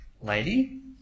lady